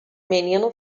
menino